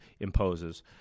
imposes